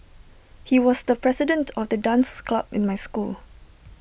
he was the president of the dance club in my school